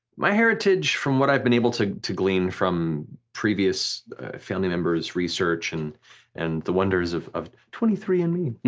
my heritage, from what i've been able to to glean from previous family members' research and and the wonders of of twenty three and me,